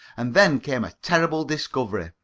and then came a terrible discovery.